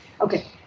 Okay